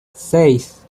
seis